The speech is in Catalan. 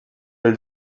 del